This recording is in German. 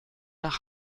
nach